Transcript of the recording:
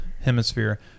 Hemisphere